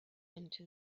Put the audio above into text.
into